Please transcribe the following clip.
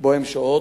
שבו הן שוהות,